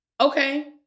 Okay